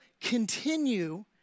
continue